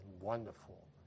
wonderful